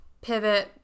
pivot